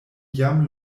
jam